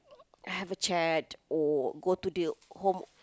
uh have a chat or go to the home